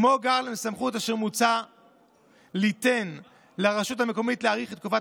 כמו גם הסמכות אשר מוצע ליתן לרשות המקומית להאריך את תקופת